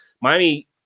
Miami